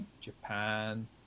japan